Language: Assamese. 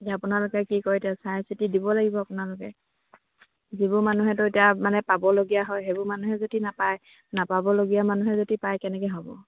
এতিয়া আপোনালোকে কি কৰে এতিয়া চাই চিতি দিব লাগিব আপোনালোকে যিবোৰ মানুহেতো এতিয়া মানে পাবলগীয়া হয় সেইবোৰ মানুহে যদি নাপায় নাপাবলগীয়া মানুহে যদি পায় কেনেকৈ হ'ব